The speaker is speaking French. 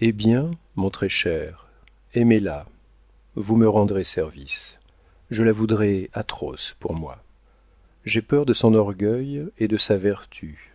eh bien mon très-cher aimez-la vous me rendrez service je la voudrais atroce pour moi j'ai peur de son orgueil et de sa vertu